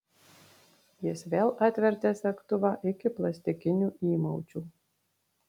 jis vėl atvertė segtuvą iki plastikinių įmaučių